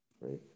Right